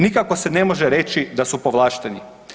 Nikako se ne može reći da su povlašteni.